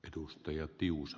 arvoisa puhemies